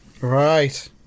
Right